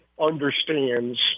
understands